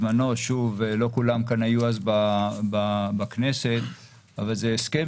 שוב, לא כולם כאן היו אז בכנסת, הסכם